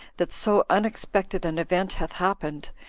that so unexpected an event hath happened,